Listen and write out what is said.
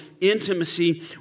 intimacy